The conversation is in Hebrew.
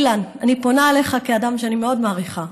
אילן, אני פונה אליך כאדם שאני מאוד מעריכה.